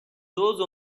those